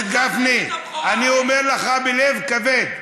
חבר הכנסת גפני, אני אומר לך בלב כבד.